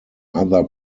other